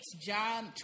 job